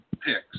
picks